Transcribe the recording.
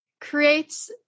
creates